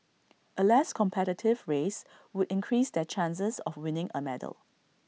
A less competitive race would increase their chances of winning A medal